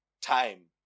time